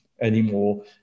anymore